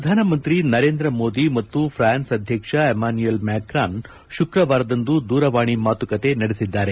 ಪ್ರಧಾನಮಂತ್ರಿ ನರೇಂದ್ರ ಮೋದಿ ಮತ್ತು ಪ್ರಾನ್ಸ್ ಅಧ್ವಕ್ಷ ಎಮಾನ್ದುಯಲ್ ಮ್ಯಾಕ್ರಾನ್ ಶುಕ್ರವಾರದಂದು ದೂರವಾಣಿ ಮಾತುಕತೆ ನಡೆಸಿದ್ದಾರೆ